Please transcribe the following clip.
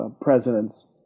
presidents